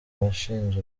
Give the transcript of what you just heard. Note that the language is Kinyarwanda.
bashinze